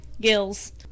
Gills